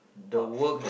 the work